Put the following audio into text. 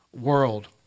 world